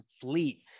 fleet